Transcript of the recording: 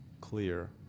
clear